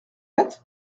fête